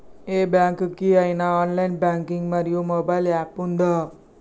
ఏ bank కి ఐనా online banking మరియు మొబైల్ యాప్ ఉందా?